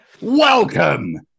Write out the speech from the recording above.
Welcome